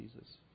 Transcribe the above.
Jesus